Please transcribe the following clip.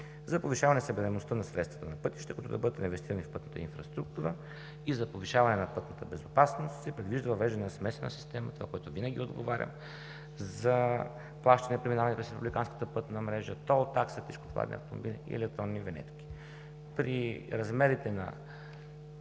За повишаване събираемостта на средствата за пътища, които да бъдат реинвестирани в пътната инфраструктура и за повишаване на пътната безопасност, се предвижда въвеждане на смесена система – това, което винаги отговарям, за плащане при преминаване през републиканската пътна мрежа: тол такса за тежкотоварни автомобили и електронни винетки. При размерите на